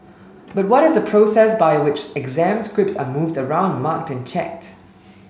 but what is the process by which exam scripts are moved around marked and checked